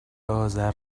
آذر